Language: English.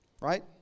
Right